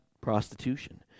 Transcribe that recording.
prostitution